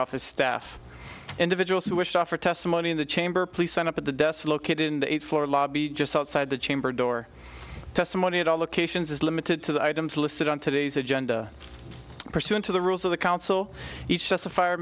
office staff individuals who wish to offer testimony in the chamber please sign up at the desk located in the eighth floor lobby just outside the chamber door testimony at all locations is limited to the items listed on today's agenda pursuant to the rules of the council each justif